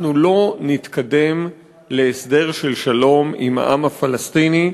לא נתקדם להסדר של שלום עם העם הפלסטיני.